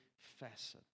facet